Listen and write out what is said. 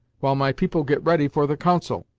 while my people get ready for the council.